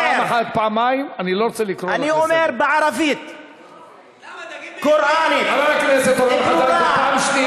אומר בערבית קוראנית, ברורה,